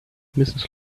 mrs